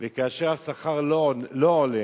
וכאשר השכר לא עולה,